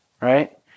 right